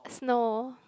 snow